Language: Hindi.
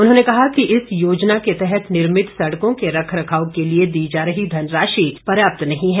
उन्होंने कहा कि इस योजना के तहत निर्मित सड़कों के रखरवाव के लिए दी जा रही धनराशि पर्याप्त नहीं है